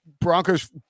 Broncos